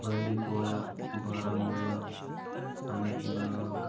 بانٛڈی پورا بارہمولہ انٛنت ناگ